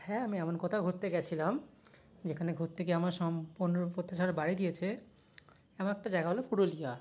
হ্যাঁ আমি এমন কোথাও ঘুরতে গেছিলাম যেখানে ঘুরতে গিয়ে আমার সম্পূর্ণরূপ প্রত্যাশা আরও বাড়িয়ে দিয়েছে এমন একটা জায়গা হলো পুরুলিয়া